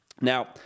Now